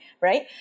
right